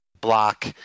block